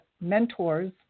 mentors